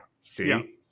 See